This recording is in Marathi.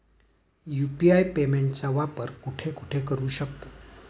यु.पी.आय पेमेंटचा वापर कुठे कुठे करू शकतो?